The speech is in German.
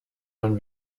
man